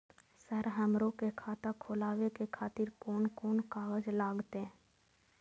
Sir हमरो के खाता खोलावे के खातिर कोन कोन कागज लागते?